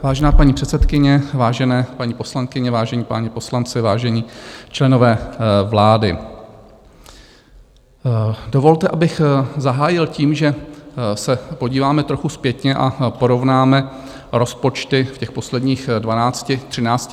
Vážená paní předsedkyně, vážené paní poslankyně, vážení páni poslanci, vážení členové vlády, dovolte, abych zahájil tím, že se podíváme trochu zpětně a porovnáme rozpočty v posledních dvanácti, třinácti letech.